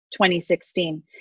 2016